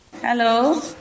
Hello